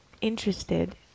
interested